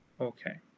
Okay